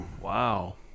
Wow